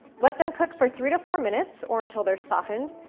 let them cook for three to four minutes or until they're softened,